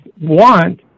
want